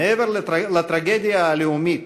מעבר לטרגדיה הלאומית,